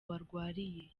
barwariye